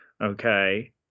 Okay